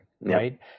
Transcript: right